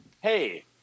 hey